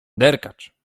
derkacz